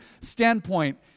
standpoint